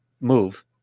move